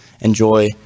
enjoy